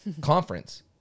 conference